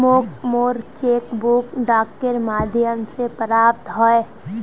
मोक मोर cheque book डाकेर माध्यम से प्राप्त होइए